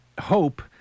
hope